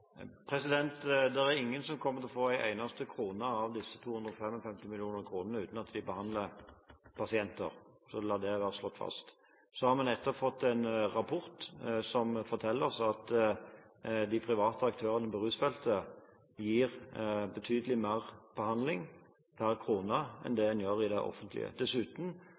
er ingen som kommer til å få en eneste krone av disse 255 mill. kr uten at de behandler pasienter, så la det være slått fast. Vi har nettopp fått en rapport som forteller oss at de private aktørene på rusfeltet gir betydelig mer behandling per krone enn det en gjør i det offentlige. Vi vet dessuten